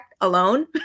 alone